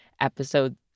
episode